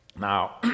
Now